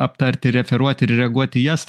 aptarti referuoti ir reaguoti į jas